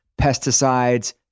pesticides